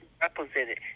represented